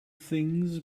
things